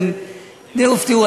די הופתעו.